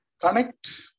Connect